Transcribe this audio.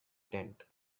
tent